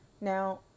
Now